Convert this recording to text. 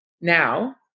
now